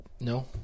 No